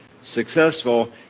successful